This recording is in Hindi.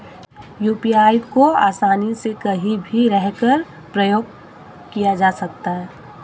यू.पी.आई को आसानी से कहीं भी रहकर प्रयोग किया जा सकता है